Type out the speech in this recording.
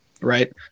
right